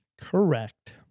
Correct